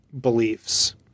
beliefs